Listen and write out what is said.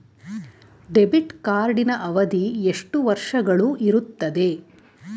Debit ಕಾರ್ಡಿನ ಅವಧಿ ಎಷ್ಟು ವರ್ಷಗಳು ಇರುತ್ತದೆ?